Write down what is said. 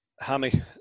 Hammy